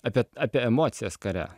apie apie emocijas kare